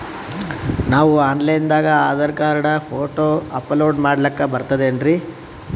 ನಾವು online ದಾಗ Aadhaar card, photo upload ಮಾಡ್ಲಕ ಬರ್ತದೇನ್ರಿ?